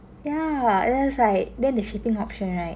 yeah I was like then the shipping option right